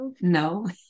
no